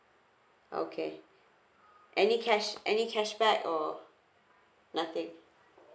okay any cash any cashback or nothing